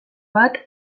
bat